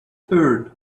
turn